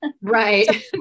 Right